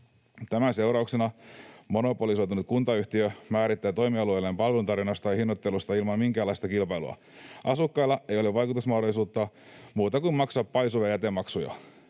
Tämän seurauksena monopolisoitunut kuntayhtiö määrittää toimialueelleen palveluntarjonnan ja hinnoittelun ilman minkäänlaista kilpailua. Asukkailla ei ole vaikutusmahdollisuutta eikä muuta mahdollisuutta kuin maksaa paisuvia jätemaksuja.